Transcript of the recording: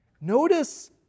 notice